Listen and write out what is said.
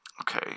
Okay